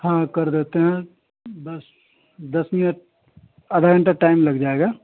हाँ कर देते हैं बस दस मिनट आधा घंटा टाइम लग जाएगा